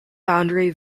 boundary